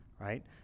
right